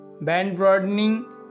Band-broadening